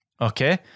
Okay